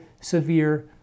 severe